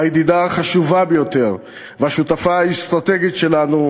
הידידה החשובה ביותר והשותפה האסטרטגית שלנו,